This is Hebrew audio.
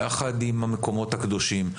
יחד עם המקומות הקדושים,